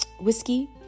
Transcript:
whiskey